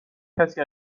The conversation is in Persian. کسی